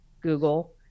Google